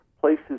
places